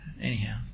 anyhow